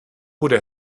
bude